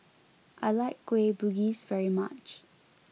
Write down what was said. I like Kueh Bugis very much